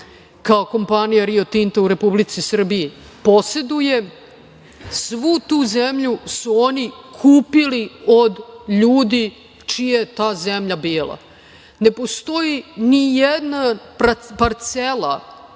kao kompanija "Rio Tinta" u Republici Srbiji poseduje, svu tu zemlju su oni kupili od ljudi čija je ta zemlja bila. Ne postoji ni jedna parcela